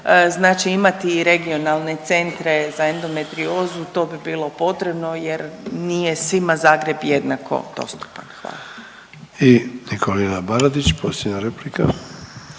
znači imati i regionalne centre za endometriozu to bi bilo potrebno jer nije svima Zagreb jednako dostupan. Hvala. **Sanader, Ante (HDZ)** I Nikolina Baradić posljednja replika.